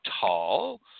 tall